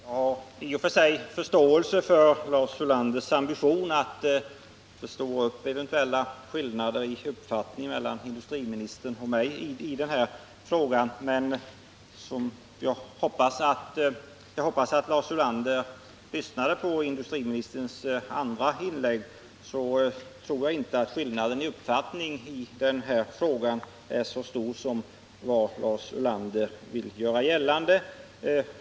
Fru talman! Jag har i och för sig förståelse för Lars Ulanders ambitioner att förstora upp eventuella skillnader i uppfattning mellan industriministern och mig i denna fråga. Jag hoppas att Lars Ulander lyssnade till industriminis terns andra inlägg. Jag tycker att Lars Ulander då borde ha fått klart för sig attskillnaden i uppfattning i denna fråga inte är så stor som det görs gällande.